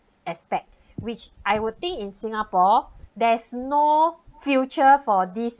aspect which I would think in singapore there's no future for this